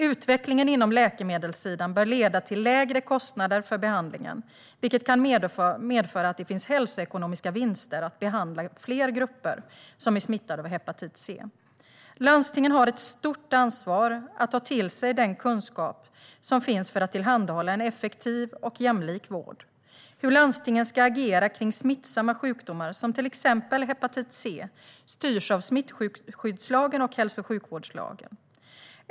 Utvecklingen på läkemedelssidan bör leda till lägre kostnader för behandlingen, vilket kan medföra att det finns hälsoekonomiska vinster med att behandla fler grupper som är smittade av hepatit C. Landstingen har ett stort ansvar att ta till sig den kunskap som finns för att tillhandahålla en effektiv och jämlik vård. Hur landstingen ska agera kring smittsamma sjukdomar, till exempel hepatit C, styrs av smittskyddslagen och hälso och sjukvårdslagen.